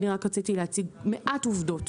אני רק רציתי להציג מעט עובדות.